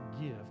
give